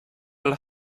alla